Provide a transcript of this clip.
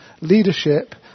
leadership